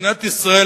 במדינת ישראל,